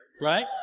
right